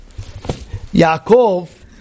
Yaakov